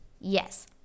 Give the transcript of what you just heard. yes